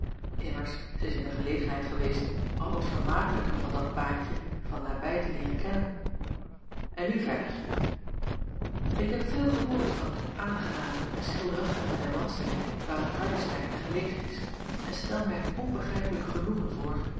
immers zij is in de gelegenheid geweest al het vermakelijke van dat baantje van nabij te leeren kennen en nu verder ik heb veel gehoord van het aangename en schilderachtige der landstreek waarin hardestein gelegen is en stel mij een onbegrijpelijk genoegen voor